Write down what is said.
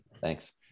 Thanks